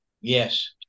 Yes